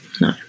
No